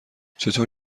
چطور